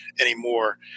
anymore